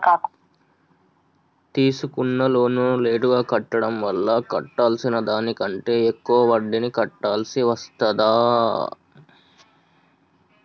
తీసుకున్న లోనును లేటుగా కట్టడం వల్ల కట్టాల్సిన దానికంటే ఎక్కువ వడ్డీని కట్టాల్సి వస్తదా?